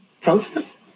protest